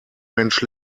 mensch